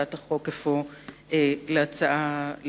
גם אני הופכת את הצעת החוק להצעה לסדר-היום.